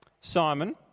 Simon